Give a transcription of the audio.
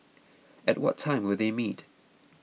at what time will they meet